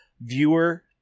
viewer